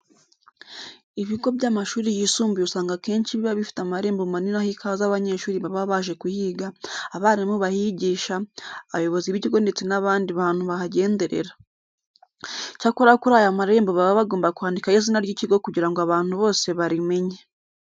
Ibigo by'amashuri yisumbuye usanga akenshi biba bifite amarembo manini aha ikaze abanyeshuri baba baje kuhiga, abarimu bahigisha, abayobozi b'ikigo ndetse n'abandi bantu bahagenderera. Icyakora kuri aya marembo baba bagomba kwandikaho izina ry'ikigo kugira ngo abantu bose barimenye.